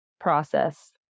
process